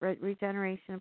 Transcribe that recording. regeneration